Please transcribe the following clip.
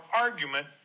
argument